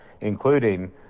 including